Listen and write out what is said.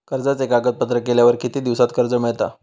कर्जाचे कागदपत्र केल्यावर किती दिवसात कर्ज मिळता?